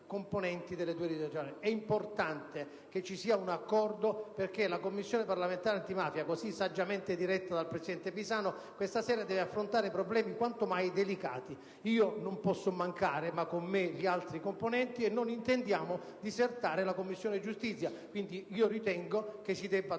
importante trovare un accordo, perché la Commissione parlamentare antimafia, così saggiamente diretta dal presidente Pisanu, questa sera dovrà affrontare problemi quanto mai delicati. Io non posso mancare e, come me, gli altri componenti, ma nessuno di noi intende neanche disertare la Commissione giustizia. Ritengo, pertanto, che si debba trovare